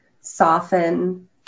soften